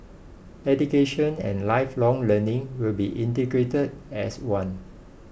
education and lifelong learning will be integrated as one